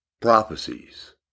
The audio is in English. prophecies